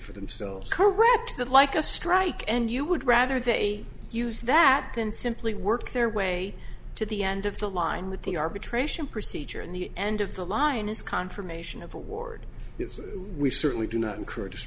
correct that like a strike and you would rather they use that than simply work their way to the end of the line with the arbitration procedure and the end of the line is confirmation of award because we certainly do not encourage